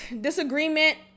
disagreement